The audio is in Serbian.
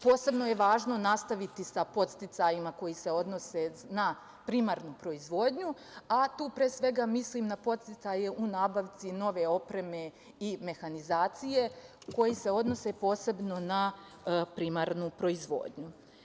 Posebno je važno nastaviti sa podsticajima koji se odnose na primarnu proizvodnju, a tu, pre svega, mislim na podsticaje u nabavci nove opreme i mehanizacije koje se odnose posebno na primarnu proizvodnju.